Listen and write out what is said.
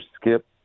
Skip